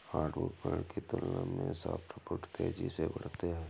hardwood पेड़ की तुलना में सॉफ्टवुड तेजी से बढ़ते हैं